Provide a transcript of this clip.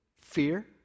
fear